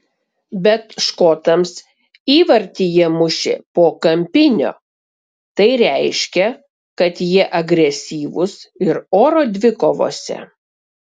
bet škotams įvartį jie mušė po kampinio tai reiškia kad jie agresyvūs ir oro dvikovose